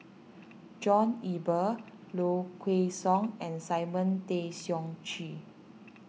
John Eber Low Kway Song and Simon Tay Seong Chee